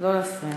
לא להפריע.